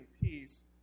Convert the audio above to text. peace